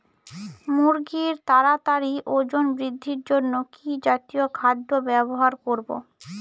মুরগীর তাড়াতাড়ি ওজন বৃদ্ধির জন্য কি জাতীয় খাদ্য ব্যবহার করব?